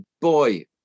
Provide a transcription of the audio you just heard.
boy